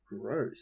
Gross